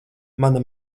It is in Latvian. mana